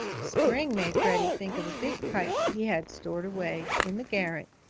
spring made freddie think of a big kite that he had stored away, in the garret,